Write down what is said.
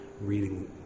reading